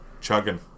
Chugging